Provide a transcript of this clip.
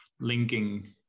linking